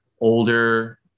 older